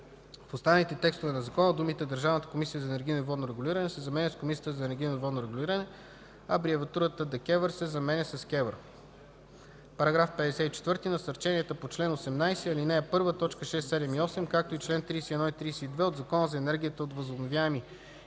В останалите текстове на закона думите „Държавната комисия за енергийно и водно регулиране” се заменят с „Комисията за енергийно и водно регулиране”, а абревиатурата „ДКЕВР” се заменя с „КЕВР”. § 54. Насърченията по чл. 18, ал. 1, т. 6, 7 и 8, както и чл. 31 и 32 от Закона за енергията от възобновяеми